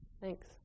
thanks